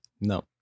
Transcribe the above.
No